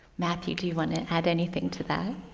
matthew, do you want to add anything to that?